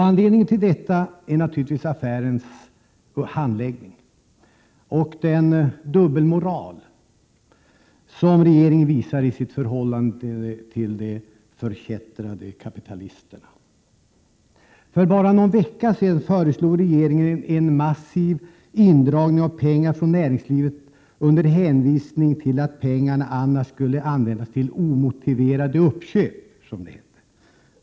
Anledningen till detta är naturligtvis affärens handläggning och den dubbelmoral som regeringen visar i sitt förhållande till de förkättrade kapitalisterna. För bara någon vecka sedan föreslog regeringen en massiv indragning av pengar från näringslivet under hänvisning till att pengarna annars skulle användas till ”omotiverade uppköp”.